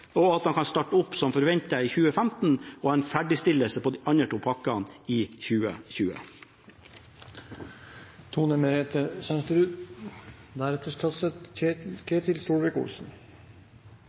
og at man kan starte opp som forventet i 2015, og det blir en ferdigstillelse på de andre to pakkene i